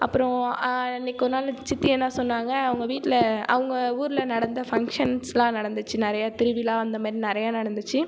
அப்புறோம் அன்றைக்கு ஒரு நாள் சித்தி என்ன சொன்னாங்க அவங்க வீட்டில் அவங்க ஊரில் நடந்த ஃபங்ஷன்ஸெலாம் நடந்துச்சு நிறைய திருவிழா அந்தமாரி நிறைய நடந்துச்சு